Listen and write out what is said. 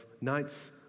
nights